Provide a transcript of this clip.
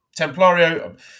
Templario